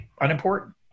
unimportant